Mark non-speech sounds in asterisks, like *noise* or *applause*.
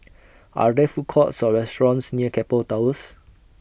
*noise* Are There Food Courts Or restaurants near Keppel Towers